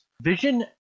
Vision